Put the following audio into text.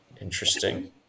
Interesting